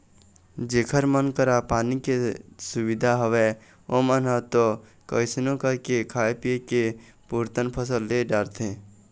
जेखर मन करा पानी के सुबिधा हवय ओमन ह तो कइसनो करके खाय पींए के पुरतन फसल ले डारथे